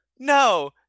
No